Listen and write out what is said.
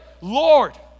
Lord